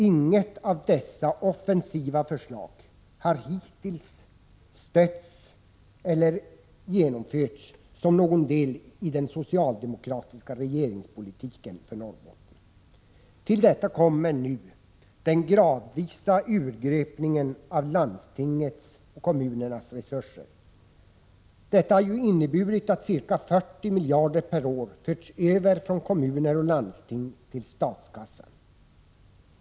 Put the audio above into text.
Inget av dessa offensiva förslag har hittills stötts eller genomförts som någon del i den socialdemokratiska regeringspolitiken för Norrbotten. Till detta kommer nu den gradvisa urgröpningen av landstingets och kommunernas resurser. Detta har ju inneburit att ca 40 miljarder kronor per år förts över från kommuner och landsting till statskassan.